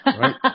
Right